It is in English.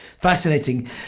fascinating